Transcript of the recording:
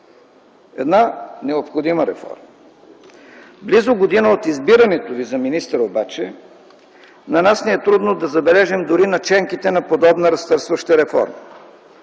една необходима реформа. Близо година от избирането Ви за министър обаче на нас ни е трудно да забележим дори наченките на подобна разтърсваща реформа.